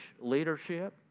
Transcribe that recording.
leadership